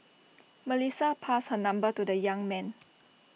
Melissa passed her number to the young man